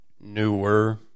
newer